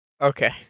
Okay